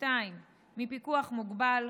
2. מפיקוח מוגבל.